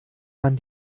man